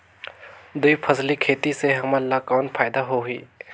दुई फसली खेती करे से हमन ला कौन फायदा होही?